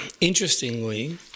interestingly